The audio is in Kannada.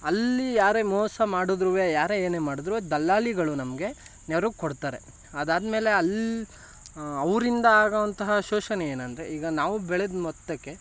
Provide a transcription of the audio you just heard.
ಅಲ್ಲಿ ಯಾರೇ ಮೋಸ ಮಾಡಿದ್ರೂ ಯಾರೇ ಏನೇ ಮಾಡಿದ್ರೂ ದಲ್ಲಾಳಿಗಳು ನಮಗೆ ನೆರವು ಕೊಡ್ತಾರೆ ಅದಾದ್ಮೇಲೆ ಅಲ್ಲಿ ಅವರಿಂದ ಆಗುವಂತಹ ಶೋಷಣೆ ಏನೆಂದರೆ ಈಗ ನಾವು ಬೆಳೆದ ಮೊತ್ತಕ್ಕೆ